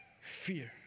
fear